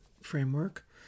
framework